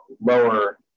lower